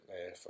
man